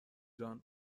جان